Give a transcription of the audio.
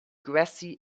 grassy